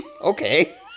Okay